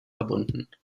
verbunden